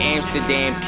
Amsterdam